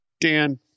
Dan